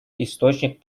источник